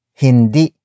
hindi